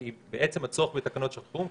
כי בעצם הצורך בתקנות שעת חירום,